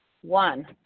One